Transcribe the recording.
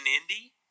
Indy